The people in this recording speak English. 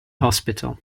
hospital